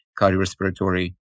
cardiorespiratory